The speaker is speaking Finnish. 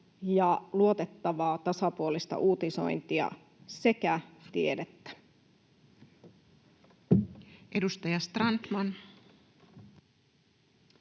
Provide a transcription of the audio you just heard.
ja luotettavaa tasapuolista uutisointia sekä tiedettä. Edustaja Strandman.